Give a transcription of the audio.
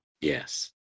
Yes